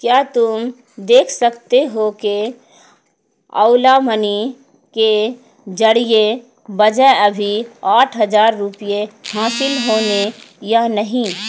کیا تم دیکھ سکتے ہو کہ اولا منی کے ذریعے بجے ابھی آٹھ ہزار روپے حاصل ہونے یا نہیں